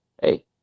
Hey